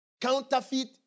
Counterfeit